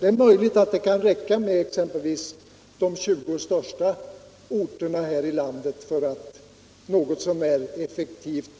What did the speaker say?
Det är möjligt att det kan räcka med exempelvis de 20 största orterna i landet för att något så när effektivt